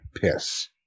piss